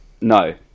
No